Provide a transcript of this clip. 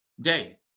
day